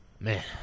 Man